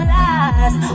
lies